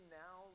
now